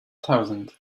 thousand